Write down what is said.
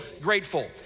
grateful